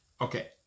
Okay